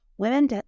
Women